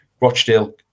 Rochdale